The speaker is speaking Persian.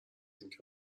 اینکه